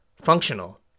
Functional